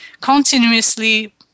continuously